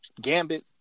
Gambit